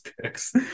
picks